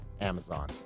amazon